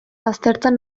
baztertzen